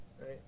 right